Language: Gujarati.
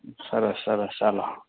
સરસ સરસ ચાલો